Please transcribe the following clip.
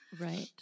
right